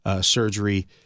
surgery